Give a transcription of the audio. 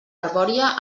arbòria